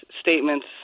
statements